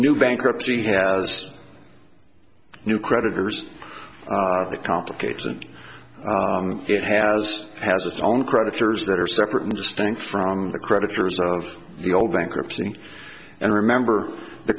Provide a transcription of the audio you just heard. new bankruptcy has new creditors it complicates and it has has its own creditors that are separate and distinct from the creditors of the old bankruptcy and remember the